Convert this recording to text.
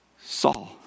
Saul